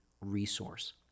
resource